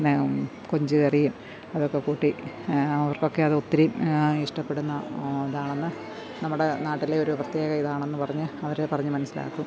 പിന്നെ കൊഞ്ച് കറിയും അതൊക്കെ കൂട്ടി അവർക്കൊക്കെ അത് ഒത്തിരി ഇഷ്ടപ്പെടുന്ന ഇതാണെന്നു നമ്മുടെ നാട്ടിലെ ഒരു പ്രത്യേക ഇതാണെന്നു പറഞ്ഞ് അവരെ പറഞ്ഞുമനസ്സിലാക്കും